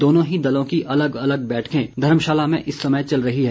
दोनों ही दलों की अलग अलग बैठकें धर्मशाला में इस समय चल रही हैं